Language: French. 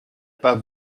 pas